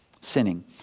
sinning